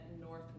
North